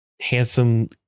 handsome